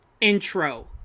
intro